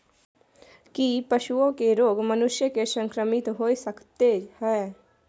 की पशुओं के रोग मनुष्य के संक्रमित होय सकते है?